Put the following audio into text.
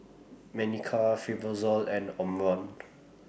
Manicare Fibrosol and Omron